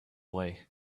way